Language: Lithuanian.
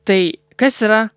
tai kas yra